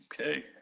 Okay